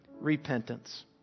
repentance